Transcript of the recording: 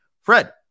Fred